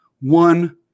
One